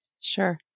Sure